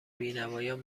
بینوایان